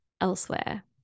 elsewhere